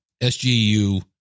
SGU